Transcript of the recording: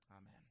Amen